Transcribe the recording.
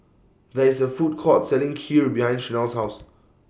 There IS A Food Court Selling Kheer behind Chanelle's House